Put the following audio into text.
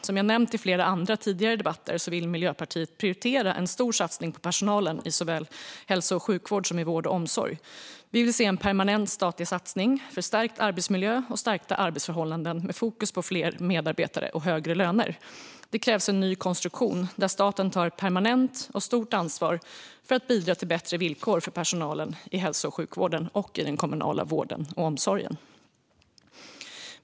Som jag har nämnt i flera andra tidigare debatter vill Miljöpartiet prioritera en stor satsning på personalen i såväl hälso och sjukvård som vård och omsorg. Vi vill se en permanent statlig satsning för stärkt arbetsmiljö och stärkta arbetsförhållanden med fokus på fler medarbetare och högre löner. Det krävs en ny konstruktion där staten tar ett permanent och stort ansvar för att bidra till bättre villkor för personalen i hälso och sjukvården och i den kommunala vården och omsorgen.